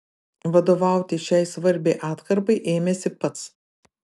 vadovauti šiai svarbiai atkarpai ėmėsi pats